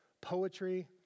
poetry